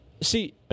See